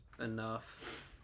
enough